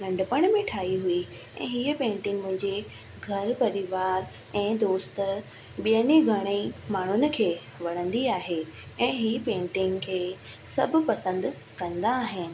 नंढपिण में ठाही हुई ऐं हीअ पेंटिंग मुंहिंजे घर परिवार ऐं दोस्त ॿियनि ई घणेई माण्हुनि खे वणंदी आहे ऐं हीअ पेंटिंग खे सभु पसंदि कंदा आहिनि